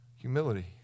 humility